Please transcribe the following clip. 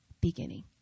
beginning